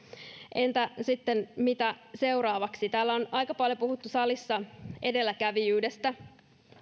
entä sitten mitä seuraavaksi täällä salissa on aika paljon puhuttu edelläkävijyydestä